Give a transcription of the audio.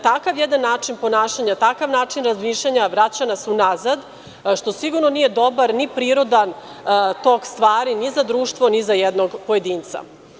Takav način ponašanja, takav način razmišljanja vraća nas unazad, što sigurno nije dobar ni prirodan tok stvari ni za društvo, ni za jednog pojedinca.